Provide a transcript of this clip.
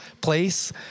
place